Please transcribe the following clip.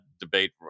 debate